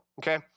okay